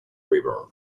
river